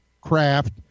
craft